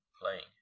playing